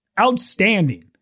Outstanding